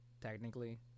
technically